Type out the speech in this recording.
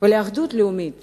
ולאחדות לאומית